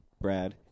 Brad